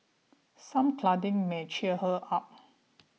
some cuddling may cheer her up